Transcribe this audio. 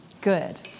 Good